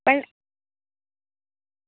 પણ